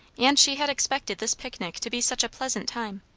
and she had expected this picnic to be such a pleasant time!